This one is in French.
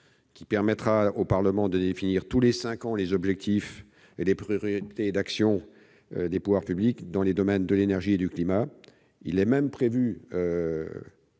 loi permettra au Parlement de définir tous les cinq ans les objectifs et les priorités d'action des pouvoirs publics dans les domaines de l'énergie et du climat. Il est même prévu